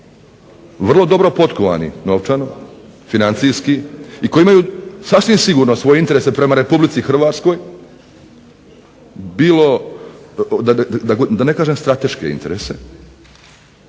vrlo dobro potkovani novčano, financijski i koji imaju sasvim sigurno svoje interese prema RH, bilo da ne kažem strateške interese,